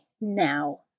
now